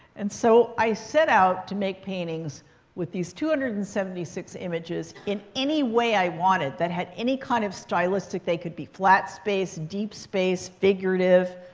and so, i set out to make paintings with these two hundred and seventy six images in any way i wanted, that had any kind of stylistic. they could be flat space, deep deep space, figurative,